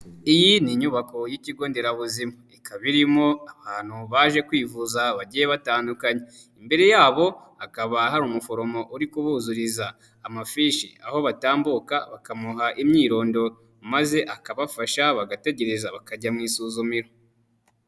Iyi ni inyubako y'ikigo nderabuzima. Ikaba irimo abantu baje kwivuza bagiye batandukanye, imbere yabo hakaba hari umuforomo uri kubuzuriza amafishi, aho batambuka bakamuha imyirondoro. Maze akabafasha bagategereza bakajya mu isuzumiro.